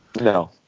no